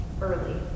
early